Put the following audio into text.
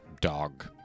dog